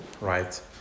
right